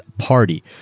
party